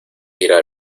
irá